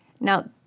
Now